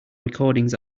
recordings